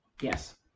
Yes